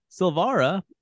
Silvara